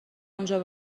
اونجا